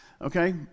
okay